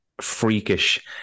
freakish